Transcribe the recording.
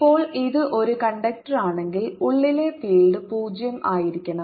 ഇപ്പോൾ ഇത് ഒരു കണ്ടക്ടറാണെങ്കിൽ ഉള്ളിലെ ഫീൽഡ് 0 ആയിരിക്കണം